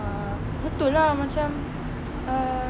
ah betul lah macam ah